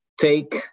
take